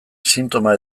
sintoma